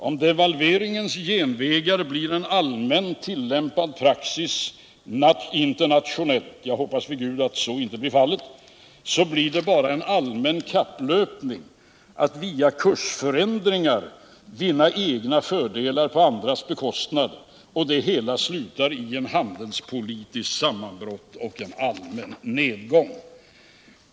Om devalveringens genvägar blir en allmänt internationellt tillämpad praxis — jag hoppas vid Gud att så icke blir fallet — blir det bara en allmän kapplöpning att via kursförändringar vinna egna fördelar på andras bekostnad — och det hela slutar i ett handelspolitiskt sammanbrott och en allmän nedgång.